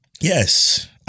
Yes